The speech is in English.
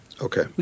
Okay